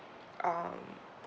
um